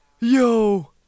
Yo